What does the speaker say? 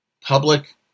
public